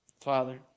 Father